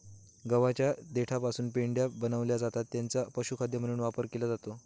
गव्हाच्या देठापासून पेंढ्या बनविल्या जातात ज्यांचा पशुखाद्य म्हणून वापर केला जातो